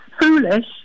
foolish